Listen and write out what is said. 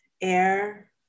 air